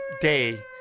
day